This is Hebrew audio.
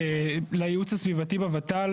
יהיה לייעוץ הסביבתי בות"ל,